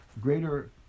Greater